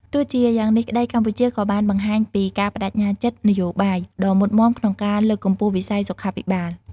ទោះជាយ៉ាងនេះក្តី កម្ពុជាក៏បានបង្ហាញពី ការប្តេជ្ញាចិត្តនយោបាយ ដ៏មុតមាំក្នុងការលើកកម្ពស់វិស័យសុខាភិបាល។